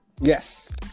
Yes